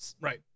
Right